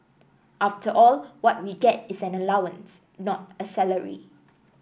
after all what we get is an allowance not a salary